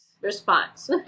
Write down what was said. response